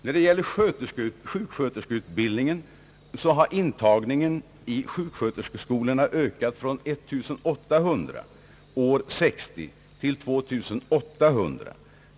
När det gäller sjuksköterskeutbildningen har intagningen i sjuksköterskeskolorna ökat från 1800 år 1960 till 2 800.